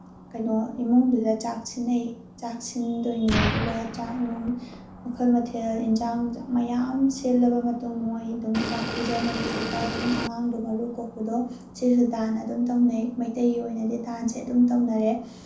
ꯀꯩꯅꯣ ꯏꯃꯨꯡꯗꯨꯗ ꯆꯥꯛ ꯁꯤꯟꯅꯩ ꯆꯥꯛ ꯁꯤꯟꯗꯣꯏꯅꯤ ꯑꯗꯨꯒ ꯆꯥꯛ ꯅꯨꯡ ꯃꯈꯜ ꯃꯊꯦꯜ ꯑꯦꯟꯁꯥꯡ ꯅꯨꯡꯁꯥꯡ ꯃꯌꯥꯝ ꯁꯤꯜꯂꯕ ꯃꯇꯨꯡ ꯃꯣꯏ ꯑꯗꯨꯝ ꯆꯥꯛ ꯄꯤꯖꯅꯩ ꯑꯗꯨꯒ ꯑꯗꯨꯝ ꯑꯉꯥꯡꯗꯨ ꯃꯔꯨ ꯀꯣꯛꯄꯗꯣ ꯁꯤꯁꯨ ꯗꯥꯟ ꯑꯗꯨꯝ ꯇꯧꯅꯩ ꯃꯩꯇꯩꯒꯤ ꯑꯣꯏꯅꯗꯤ ꯗꯥꯟꯁꯦ ꯑꯗꯨꯝ ꯇꯧꯅꯔꯦ